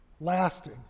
lasting